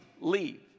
leave